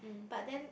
but then